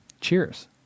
Cheers